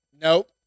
Nope